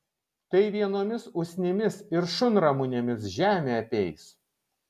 tai vienomis usnimis ir šunramunėmis žemė apeis